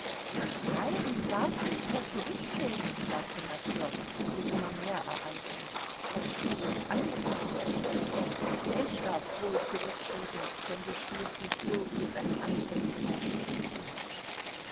nein du darfst nicht mehr zurücktreten sagte nosdrjow sich immer mehr ereifernd das spiel ist angefangen ich darf wohl zurücktreten denn du spielst nicht so wie es einem anständigen menschen geziemt